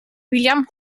william